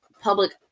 public